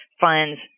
funds